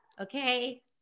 okay